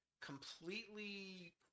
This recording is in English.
completely